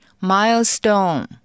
milestone